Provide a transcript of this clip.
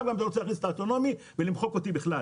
רוצים להכניס את הרכב האוטונומי ולמחוק אותי לגמרי.